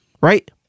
Right